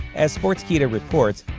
as sportskeeda reports,